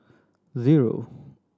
zero